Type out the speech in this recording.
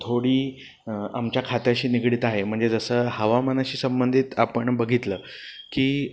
थोडी आमच्या खात्याशी निगडीत आहे म्हणजे जसं हवामानाशी संबंधित आपण बघितलं की